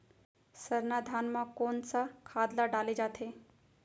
सरना धान म कोन सा खाद ला डाले जाथे?